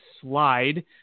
slide